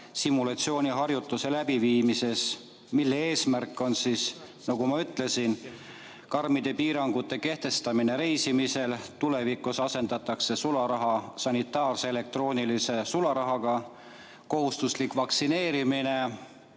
simulatsiooniharjutuse läbiviimisel, mille eesmärk on, nagu ma ütlesin, karmide piirangute kehtestamine reisimisele, tulevikus sularaha asendamine sanitaarse elektroonilise rahaga, kohustuslik vaktsineerimine,